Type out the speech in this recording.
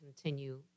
continue